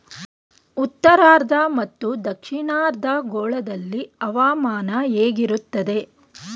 ಉತ್ತರಾರ್ಧ ಮತ್ತು ದಕ್ಷಿಣಾರ್ಧ ಗೋಳದಲ್ಲಿ ಹವಾಮಾನ ಹೇಗಿರುತ್ತದೆ?